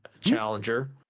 challenger